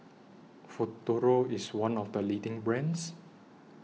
Futuro IS one of The leading brands